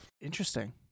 Interesting